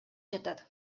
жатат